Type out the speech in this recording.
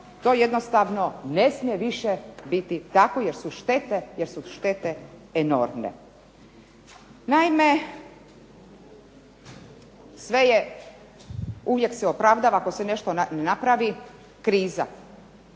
to jednostavno ne smije više biti tako jer su štete enormne. Naime sve je uvijek se opravdava ako se nešto napravi kriza.